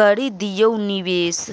करि दियौ निवेश